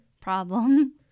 problem